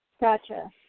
Gotcha